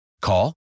Call